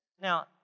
Now